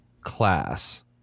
class